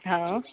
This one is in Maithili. हँ